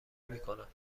میکنم